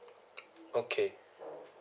okay